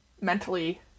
mentally